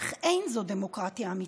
אך אין זו דמוקרטיה אמיתית.